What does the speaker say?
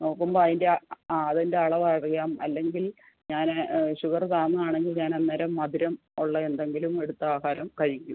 നോക്കുമ്പോൾ അതിൻ്റെ ആ അതിൻ്റെ അളവ് അറിയാം അല്ലെങ്കിൽ ഞാൻ ഷുഗറ് താണതാണെങ്കിൽ ഞാൻ അന്നേരം മധുരം ഉള്ള എന്തെങ്കിലും എടുത്ത് ആഹാരം കഴിക്കും